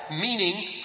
meaning